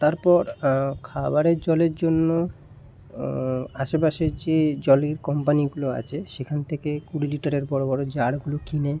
তারপর খাবারের জলের জন্য আশেপাশের যে জলের কোম্পানিগুলো আছে সেখান থেকে কুড়ি লিটারের বড় বড় জারগুলো কিনে